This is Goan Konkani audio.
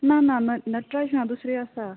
ना ना नटराज ना दुसरी आसा